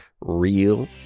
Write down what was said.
real